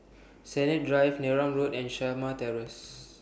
Sennett Drive Neram Road and Shamah Terrace